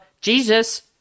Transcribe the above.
Jesus